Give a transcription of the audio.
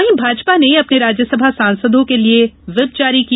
वहीं भाजपा ने अपने राज्यसभा सांसदों के लिए व्हिप जारी किया